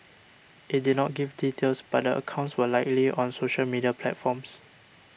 it did not give details but a accounts were likely on social media platforms